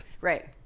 Right